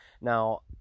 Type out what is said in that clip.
Now